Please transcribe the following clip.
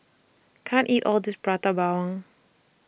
I can't eat All of This Prata Bawang